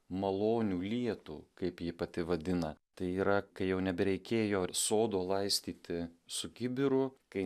malonių lietų kaip ji pati vadina tai yra kai jau nebereikėjo ir sodo laistyti su kibiru kai